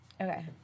Okay